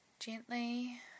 Gently